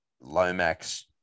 Lomax